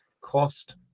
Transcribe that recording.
cost